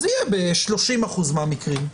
אז יהיה ב-30% מהמקרים.